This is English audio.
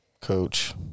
Coach